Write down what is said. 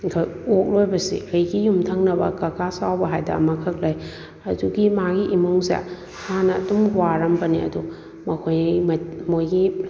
ꯑꯩꯈꯣꯏ ꯑꯣꯛ ꯂꯣꯏꯕꯁꯤ ꯑꯩꯒꯤ ꯌꯨꯝꯊꯪꯅꯕ ꯀꯀꯥ ꯆꯥꯎꯕ ꯍꯥꯏꯗꯅ ꯑꯃ ꯈꯛ ꯂꯩ ꯑꯗꯨꯒꯤ ꯃꯥꯒꯤ ꯏꯃꯨꯡꯁꯦ ꯍꯥꯟꯅ ꯑꯗꯨꯝ ꯋꯥꯔꯝꯕꯅꯦ ꯑꯗꯨ ꯃꯈꯣꯏ ꯃꯣꯏꯒꯤ